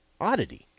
Oddity